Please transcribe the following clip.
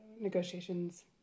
negotiations